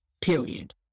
period